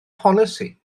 polisi